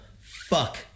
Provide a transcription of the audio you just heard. fuck